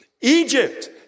Egypt